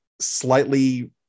slightly